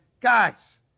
guys